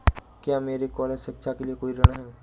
क्या मेरे कॉलेज शिक्षा के लिए कोई ऋण है?